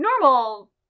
normal